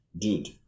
dude